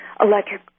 electric